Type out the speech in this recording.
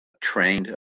trained